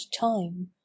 time